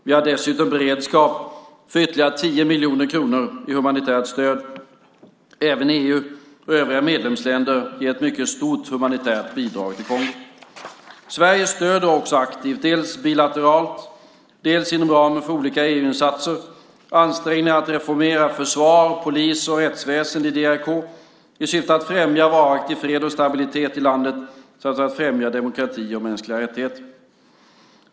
Vi har dessutom beredskap för ytterligare 10 miljoner kronor i humanitärt stöd. Även EU och övriga medlemsländer ger ett mycket stort humanitärt bidrag till Kongo. Sverige stöder också aktivt, dels bilateralt, dels inom ramen för olika EU-insatser, ansträngningarna att reformera försvar, polis och rättsväsende i DRK i syfte att främja varaktig fred och stabilitet i landet samt att främja demokrati och mänskliga rättigheter.